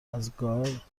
ازگار